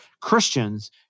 Christians